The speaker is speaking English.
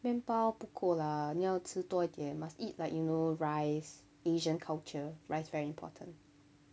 面包不过啦你要吃多一点 must eat like you know rice asian culture rice very important